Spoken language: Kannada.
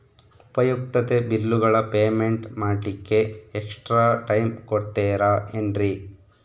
ಉಪಯುಕ್ತತೆ ಬಿಲ್ಲುಗಳ ಪೇಮೆಂಟ್ ಮಾಡ್ಲಿಕ್ಕೆ ಎಕ್ಸ್ಟ್ರಾ ಟೈಮ್ ಕೊಡ್ತೇರಾ ಏನ್ರಿ?